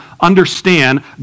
understand